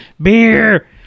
Beer